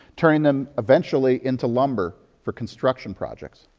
turning them eventually into lumber for construction projects.